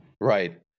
Right